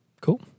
Cool